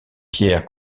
pierre